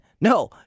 No